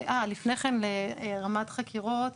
לפני כן לרמ"ד חקירות,